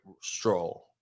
stroll